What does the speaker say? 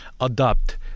adopt